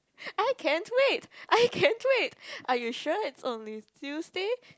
I can't wait I can't wait are you sure it's only Tuesday